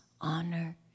honor